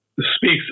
speaks